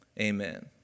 Amen